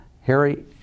Harry